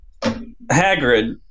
Hagrid